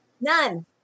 None